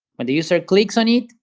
when the user clicks on it,